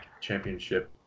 championship